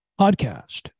podcast